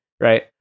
right